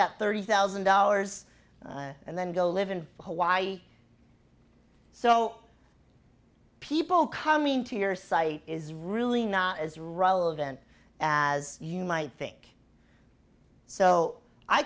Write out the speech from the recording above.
that thirty thousand dollars and then go live in hawaii so people coming to your site is really not as relevant as you might think so i